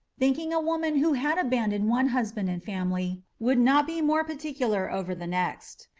thinking a woman who had abandoned one husband and family would not be more particular over the next,